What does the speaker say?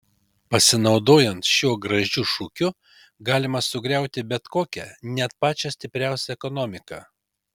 pasinaudojant šiuo gražiu šūkiu galima sugriauti bet kokią net pačią stipriausią ekonomiką